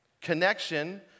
Connection